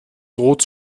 droht